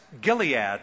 Gilead